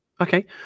okay